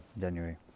January